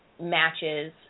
matches